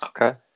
Okay